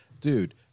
dude